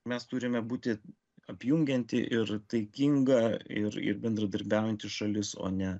mes turime būti apjungianti ir taikinga ir ir bendradarbiaujanti šalis o ne